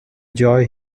joy